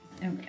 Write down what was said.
Okay